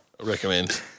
Recommend